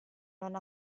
non